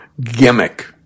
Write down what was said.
gimmick